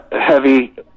heavy